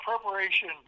preparation